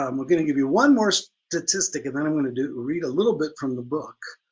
um we're gonna give you one more statistic and then i'm gonna do read a little bit from the book.